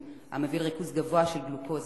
לתחלואה ואף למוות.